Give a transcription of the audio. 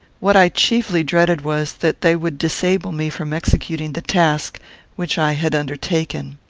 what i chiefly dreaded was, that they would disable me from executing the task which i had undertaken.